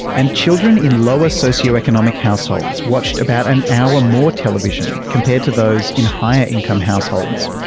and children in lower socio-economic households watched about an hour more television compared to those in higher income households.